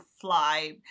fly